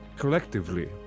collectively